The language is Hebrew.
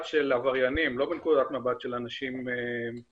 של עבריינים ולא מנקודת מבט של אנשים נורמטיביים.